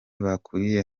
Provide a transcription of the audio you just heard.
baturiye